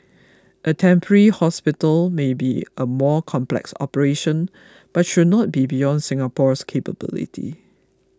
a temporary hospital may be a more complex operation but should not be beyond Singapore's capability